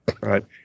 Right